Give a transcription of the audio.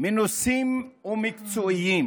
מנוסים ומקצועיים